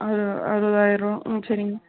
அறு அறுபதாயிரம் ம் சரிங்க